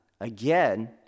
Again